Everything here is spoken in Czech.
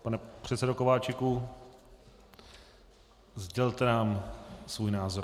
Pane předsedo Kováčiku, sdělte nám svůj názor.